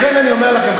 לכן אני אומר לכם,